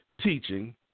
teaching